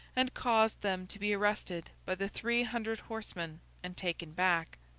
and caused them to be arrested by the three hundred horsemen and taken back.